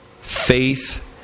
Faith